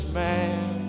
man